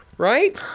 Right